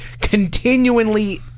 continually